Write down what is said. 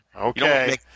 Okay